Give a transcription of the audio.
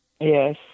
Yes